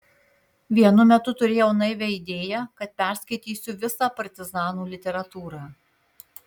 vienu metu turėjau naivią idėją kad perskaitysiu visą partizanų literatūrą